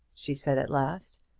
she said at last,